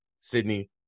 Sydney